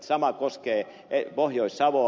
sama koskee pohjois savoa